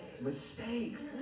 mistakes